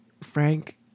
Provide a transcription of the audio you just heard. Frank